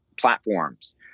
platforms